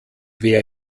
wer